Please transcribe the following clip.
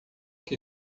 que